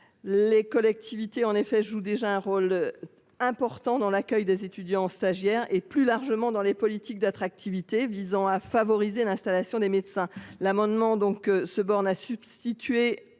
Les collectivités en effet joue déjà un rôle. Important dans l'accueil des étudiants, stagiaires, et plus largement dans les politiques d'attractivité visant à favoriser l'installation des médecins l'amendement donc se borne à substituer